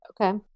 Okay